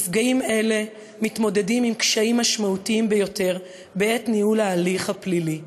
נפגעים אלה מתמודדים עם קשיים משמעותיים ביותר בעת ניהול ההליך הפלילי.